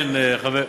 כן, חבר,